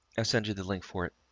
ah send you the link for it,